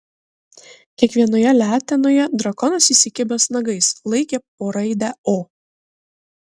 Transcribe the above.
kiekvienoje letenoje drakonas įsikibęs nagais laikė po raidę o